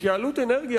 התייעלות אנרגיה,